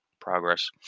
progress